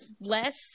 less